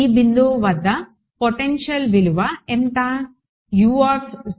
ఈ బిందువు వద్ద పొటెన్షియల్ విలువ ఎంత